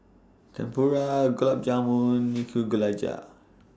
Tempura Gulab Jamun